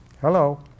Hello